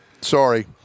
Sorry